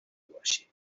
باشیم